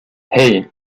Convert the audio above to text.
hey